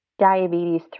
diabetes